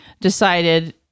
decided